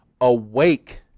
awake